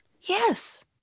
Yes